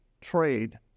trade